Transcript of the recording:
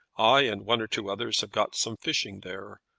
i and one or two others have got some fishing there.